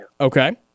Okay